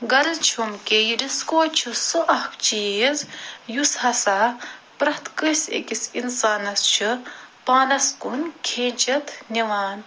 غرض چھُم کہِ یہِ ڈِسکو چھُ سُہ اَکھ چیٖز یُس ہسا پرٛیٚتھ کٲنسہٕ اکِس انسانس چھُ پانَس کُن کھیٖنٛچِتھ نِوان